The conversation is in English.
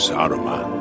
Saruman